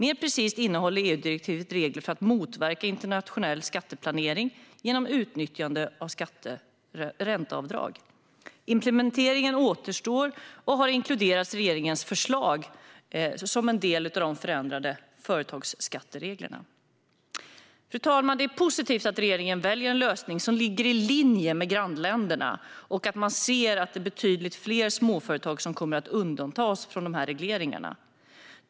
Mer precist innehåller EU-direktivet regler för att motverka internationell skatteplanering genom utnyttjande av ränteavdrag. Implementeringen återstår och har inkluderats i regeringens förslag som en del av de förändrade företagsskattereglerna. Fru talman! Det är positivt att regeringen väljer en lösning som ligger i linje med grannländernas och att man ser att det är betydligt fler småföretag som kommer att undantas från regleringarna.